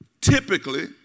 typically